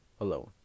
alone